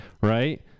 right